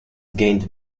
gained